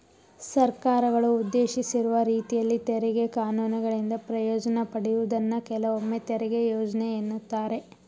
ಸರ್ಕಾರಗಳು ಉದ್ದೇಶಿಸಿರುವ ರೀತಿಯಲ್ಲಿ ತೆರಿಗೆ ಕಾನೂನುಗಳಿಂದ ಪ್ರಯೋಜ್ನ ಪಡೆಯುವುದನ್ನ ಕೆಲವೊಮ್ಮೆತೆರಿಗೆ ಯೋಜ್ನೆ ಎನ್ನುತ್ತಾರೆ